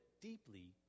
deeply